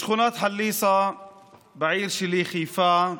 בשכונת חליסה בעיר שלי, חיפה,